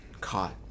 caught